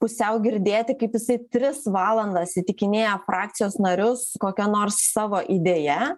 pusiau girdėti kaip jisai tris valandas įtikinėja frakcijos narius kokia nors savo idėja